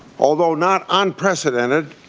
although not unprecedented,